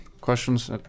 questions